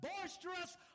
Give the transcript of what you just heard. boisterous